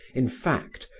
in fact,